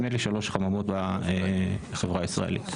המדיניות הייתה להעדיף חממות בפריפריה, בעבר.